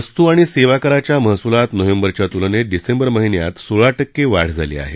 वस्तू आणि सेवाकराच्या महसुलात नोव्हेंबरच्या तुलनेत डिसेंबर महिन्यात सोळा टक्के वाढ झाली आहे